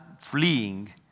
fleeing